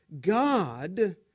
God